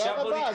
תודה רבה.